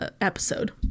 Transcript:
episode